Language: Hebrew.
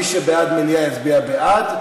מי שבעד מליאה יצביע בעד,